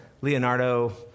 Leonardo